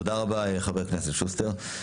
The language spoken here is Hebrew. תודה רבה, חבר הכנסת שוסטר.